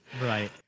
right